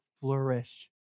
flourish